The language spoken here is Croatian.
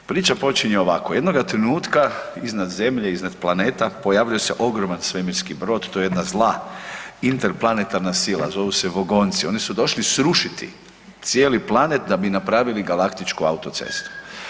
Priča počinje ovako jednoga trenutka iznad zemlje, iznad planeta pojavljuje se ogroman svemirski brod, to je jedna zla interplanetarna sila, zovu se Vogonci, oni su došli srušiti cijeli planet da bi napravili galaktičku autocestu.